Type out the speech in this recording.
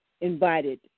invited